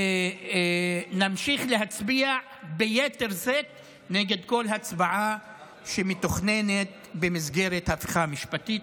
ונמשיך להצביע ביתר שאת נגד בכל הצבעה שמתוכננת במסגרת ההפיכה המשפטית.